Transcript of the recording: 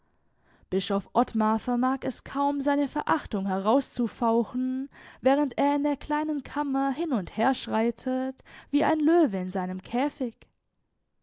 bischof ottmar vermag es kaum seine verachtung herauszufauchen während er in der kleinen kammer hin und her schreitet wie ein löwe in seinem käfig